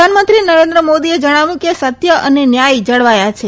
પ્રધાનમંત્રી નરેન્દ્ર મોદીએ જણાવ્યું કે સત્ય અને ન્યાય જળવાયા છે